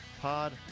pod